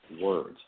words